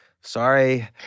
sorry